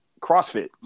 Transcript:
CrossFit